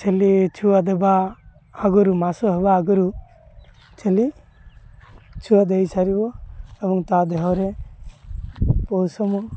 ଛେଲି ଛୁଆ ଦେବା ଆଗରୁ ମାସ ହେବା ଆଗରୁ ଛେଲି ଛୁଆ ଦେଇସାରିବ ଏବଂ ତା ଦେହରେ ଉପଶମ